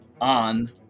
on